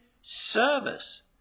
service